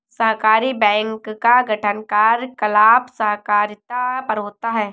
सहकारी बैंक का गठन कार्यकलाप सहकारिता पर होता है